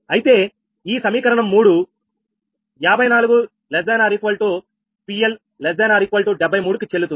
అయితే ఈ సమీకరణం 3 54≤𝑃L≤73 కి చెల్లుతుంది